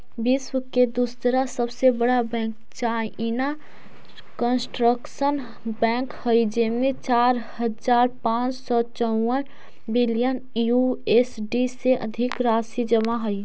विश्व के दूसरा सबसे बड़ा बैंक चाइना कंस्ट्रक्शन बैंक हइ जेमें चार हज़ार पाँच सौ चउवन बिलियन यू.एस.डी से अधिक राशि जमा हइ